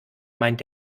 meint